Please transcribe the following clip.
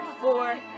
Four